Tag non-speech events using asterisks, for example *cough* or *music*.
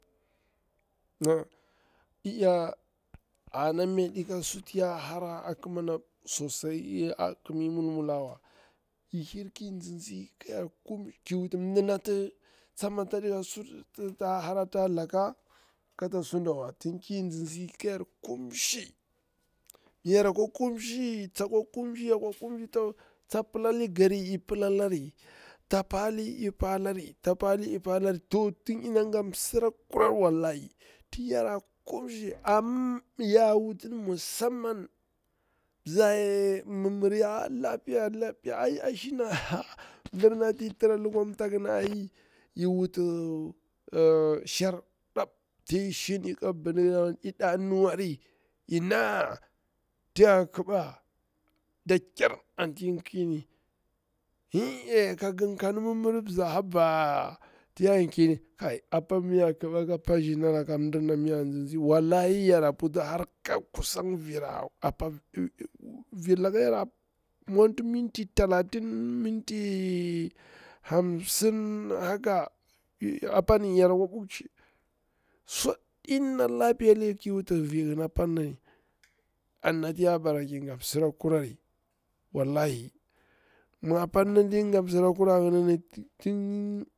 *hesitation* ey eya ana mi yaɗi ka sutu ya hara akima na sosai a kimi na mulmulawa, i hir ki tsitsi ki wuti mdinati tsama tsaɗi ka suna nati ta hara wa, tin ki nzi nzi ka yar kumshi, yar kwa kumshi, tsakwa kumshi yakwa kumshi, ta pilali gari i palari, i pila lari, ta pali i palari, to tin yana nga sirakurari wallahi. Tin yara kumshi, amma ya wutin nga musamman bza mimmiri ey lafu ya lapiya ai ashina *laughs* mdiana ti i tra lukwa mtakun ai i wuti shar tab ti i shini ka bindiga amma ina, anti iɗa nuwari amma ina ti ya ƙiɓe da kyar anti i kim ey ey ka n gi kani mimmiri bza haba ti ye ƙini. kai ai apa mi ya ƙiba ka pazhina laka ka tizi nzi wallahi yara mwanti har ape vira kura, bir kk yora mwanti minti talatin hamsin haka apani yor kwa bukchi an natu ye ae maci kurari wallahi. *unintelligible*